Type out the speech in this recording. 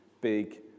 big